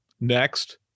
Next